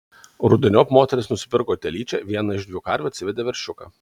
rudeniop moteris nusipirko telyčią viena iš dviejų karvių atsivedė veršiuką